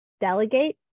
delegate